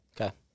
Okay